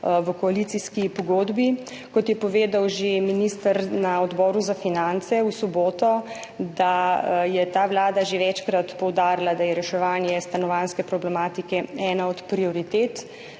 v koalicijski pogodbi. Kot je povedal že minister na Odboru za finance v soboto, je ta vlada že večkrat poudarila, da je reševanje stanovanjske problematike ena od prioritet.